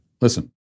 Listen